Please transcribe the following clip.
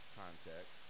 context